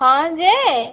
ହଁ ଯେ